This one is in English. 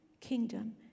kingdom